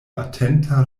atenta